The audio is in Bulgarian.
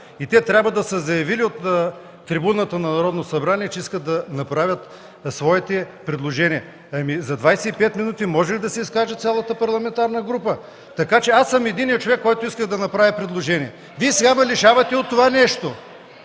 и трябва да са заявили от трибуната на Народното събрание, че искат да направят своите предложения. За 25 минути може ли да се изкаже цялата парламентарна група? Аз съм единият човек, който иска да направи предложение. Вие сега ме лишавате от това нещо.